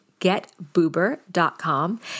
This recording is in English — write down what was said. getboober.com